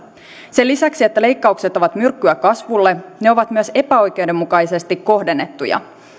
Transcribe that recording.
sen lisäksi että leikkaukset ovat myrkkyä kasvulle ne ovat myös epäoikeudenmukaisesti kohdennettuja